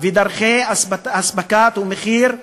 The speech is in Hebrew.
ודרכי האספקה ומחיר המגורים,